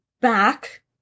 back